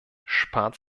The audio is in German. spart